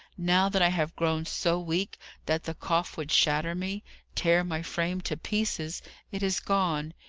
now that i have grown so weak that the cough would shatter me tear my frame to pieces it is gone!